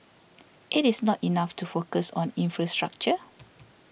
it is not enough to focus on infrastructure